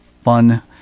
fun